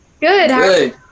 Good